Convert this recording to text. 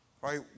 Right